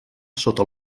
sota